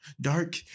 dark